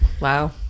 Wow